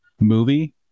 movie